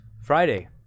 Friday